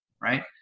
right